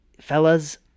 Fellas